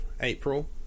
April